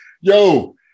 yo